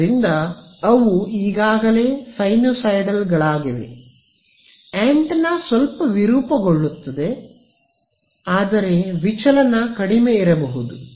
ಆದ್ದರಿಂದ ಅವು ಈಗಾಗಲೇ ಸೈನುಸೈಡಲ್ಗಳಾಗಿವೆ ಆಂಟೆನಾ ಸ್ವಲ್ಪ ವಿರೂಪಗೊಳ್ಳುತ್ತದೆ ಆದರೆ ವಿಚಲನ ಕಡಿಮೆ ಇರಬಹುದು